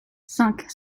cinq